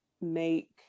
make